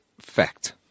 fact